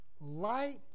Light